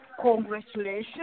Congratulations